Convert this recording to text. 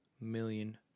million